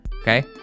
Okay